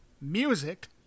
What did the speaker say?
music